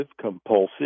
compulsive